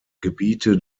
gebiete